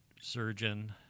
surgeon